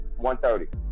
130